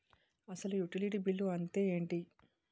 అసలు utility bill అంతే ఎంటి?